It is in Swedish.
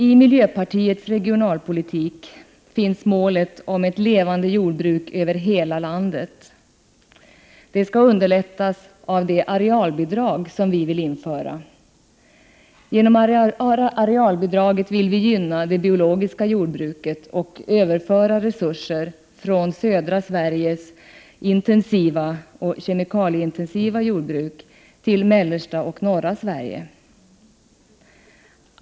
I miljöpartiets regionalpolitik finns målet ett levande jordbruk över hela landet. Detta skall underlättas av det arealbidrag som vi vill införa. Med arealbidraget vill vi gynna det biologiska jordbruket och överföra resurser från södra Sveriges kemiintensiva jordbruk till mellersta och norra Sverige.